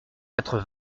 quatre